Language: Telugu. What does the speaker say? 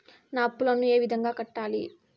నా అప్పులను ఏ విధంగా కట్టాలి?